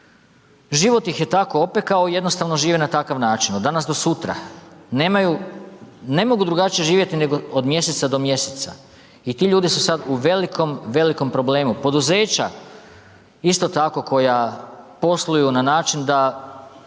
život ih je tako opekao i jednostavno žive na takav način, od danas do sutra. Nemaju, ne mogu drugačije živjeti nego od mjeseca do mjeseca. I ti ljudi su sad u velikom, velikom problemu. Poduzeća isto tako koja posluju na način da